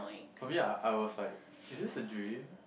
for me I I was like is this a dream